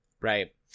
Right